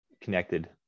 connected